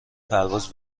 پرواز